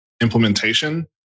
implementation